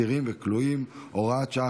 אסירים וכלואים (הוראת שעה,